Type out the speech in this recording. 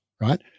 right